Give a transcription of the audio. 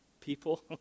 people